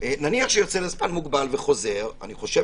נאמר שיוצא לזמן מוגבל וחוזר אני חושב